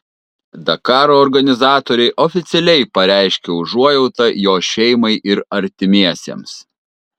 dakaro organizatoriai oficialiai pareiškė užuojautą jo šeimai ir artimiesiems